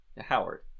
Howard